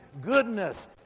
goodness